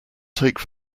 take